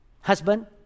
husband